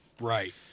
Right